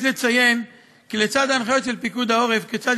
יש לציין כי לצד ההנחיות של פיקוד העורף כיצד